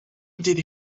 did